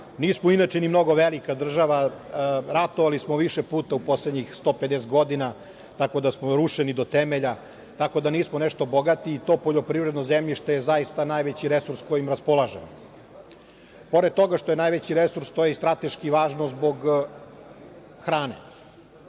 nismo inače ni mnogo velika država, ratovali smo više puta u poslednjih 150 godina, tako da smo rušeni do temelja, tako da nismo nešto bogati, i to poljoprivredno zemljište je najveći resurs sa kojim raspolažemo. Pored toga što je najveći resurs, to je i strateški važno zbog hrane.